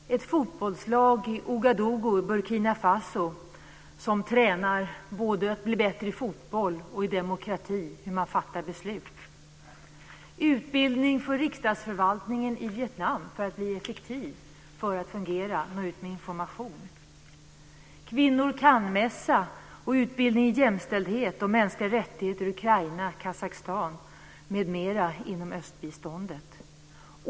Fru talman! Ett fotbollslag i Ouagadougou, Burkina Faso, som tränar både för att bli bättre i fotboll och i demokrati, hur man fattar beslut. Utbildning för riksdagsförvaltningen i Vietnam för att den ska bli effektiv, för att den ska fungera och nå ut med information. Kvinnor kan-mässa och utbildning i jämställdhet och mänskliga rättigheter i Ukraina, Kazakstan och andra länder inom östbiståndet.